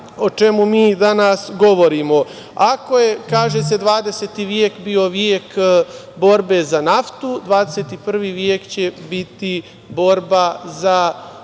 o čemu mi danas govorimo. Ako je, kaže se, XX vek bio vek borbe za naftu, XXI vek će biti borba za